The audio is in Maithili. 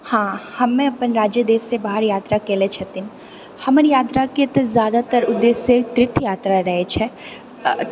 हँ हमे अपन राज्य देशसँ बाहर यात्रा केलै छथिन हमर यात्राके तऽ जादातर उद्देश्य तीर्थ यात्रा रहैत छै